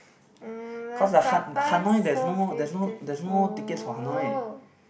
mm but Sapa is so beautiful~